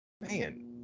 man